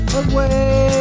away